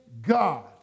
God